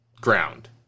ground